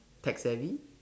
tech savvy